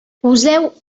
poseu